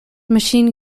machine